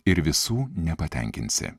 ir visų nepatenkinsi